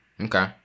Okay